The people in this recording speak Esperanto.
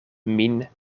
min